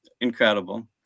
Incredible